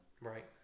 right